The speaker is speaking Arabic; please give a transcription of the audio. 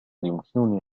يمكنني